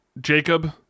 Jacob